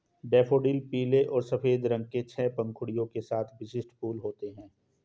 daffodil पीले और सफ़ेद रंग के छह पंखुड़ियों के साथ विशिष्ट फूल होते हैं